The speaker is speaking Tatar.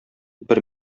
бер